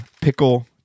pickle